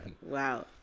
Wow